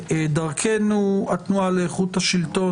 לייחס אקסטרה חשיבות לשאלת הגורם האוכף